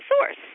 source